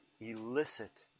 elicit